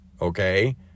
Okay